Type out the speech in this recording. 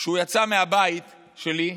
הוא יצא מהבית שלי,